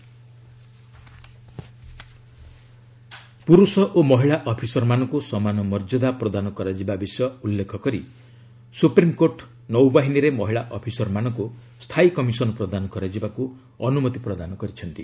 SC navy women ପୁର୍ବୁଷ ଓ ମହିଳା ଅଫିସରମାନଙ୍କୁ ସମାନ ମର୍ଯ୍ୟଦା ପ୍ରଦାନ କରାଯିବା ବିଷୟ ଉଲ୍ଲ୍ଜେଖ କରି ସୁପ୍ରିମକୋର୍ଟ ନୌବାହିନୀରେ ମହିଳା ଅଫିସରମାନଙ୍କୁ ସ୍ଥାୟୀ କମିଶନ ପ୍ରଦାନ କରାଯିବାକୁ ଅନୁମତି ପ୍ରଦାନ କରିଛନ୍ତି